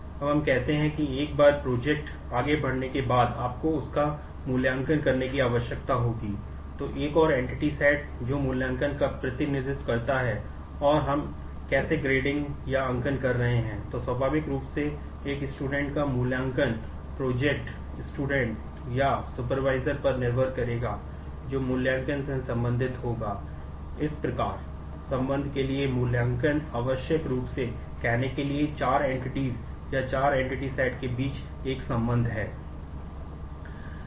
अब हम कहते हैं कि एक बार प्रोजेक्ट set के बीच एक संबंध है